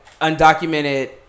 undocumented